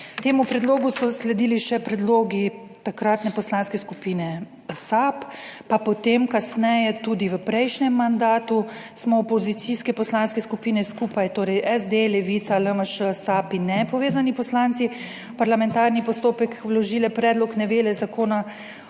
Temu predlogu so sledili še predlogi takratne Poslanske skupine SAB, pa potem kasneje tudi v prejšnjem mandatu smo opozicijske poslanske skupine skupaj, torej SD, Levica, LMŠ, SAB in Nepovezani poslanci v parlamentarni postopek vložile predlog novele Zakona o